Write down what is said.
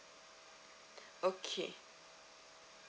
okay